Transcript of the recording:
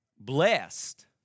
Blessed